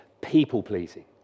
People-pleasing